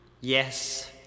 Yes